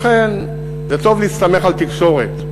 לכן, זה טוב להסתמך על תקשורת,